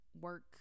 work